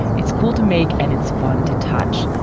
it's cool to make and it's fun to touch.